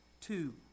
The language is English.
two